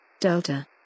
delta